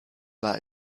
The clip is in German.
war